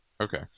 okay